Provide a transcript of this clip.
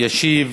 ישיב